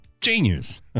Genius